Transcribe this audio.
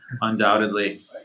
undoubtedly